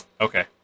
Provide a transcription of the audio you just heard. Okay